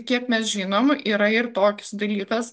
kiek mes žinom yra ir toks dalykas